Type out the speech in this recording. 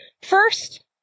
first